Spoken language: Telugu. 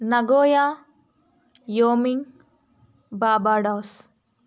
Nagoya Wyoming Barbados